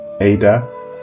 Ada